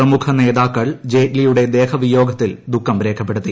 പ്രമുഖ നേതാക്കൾ ജയ്റ്റ്ലിയുടെ ദേഹവിയോഗത്തിൽ ദുഖം രേഖപ്പെടുത്തി